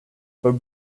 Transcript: for